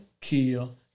kill